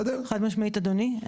חד משמעית אדוני.